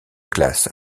classe